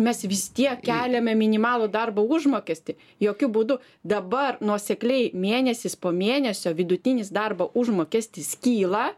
mes vis tiek keliame minimalų darbo užmokestį jokiu būdu dabar nuosekliai mėnesis po mėnesio vidutinis darbo užmokestis kyla